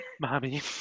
mommy